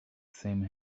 same